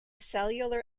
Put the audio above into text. cellular